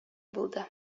булды